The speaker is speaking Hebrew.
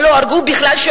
אם לא הרגו בכלל,